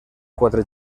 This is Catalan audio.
quatre